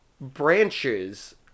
branches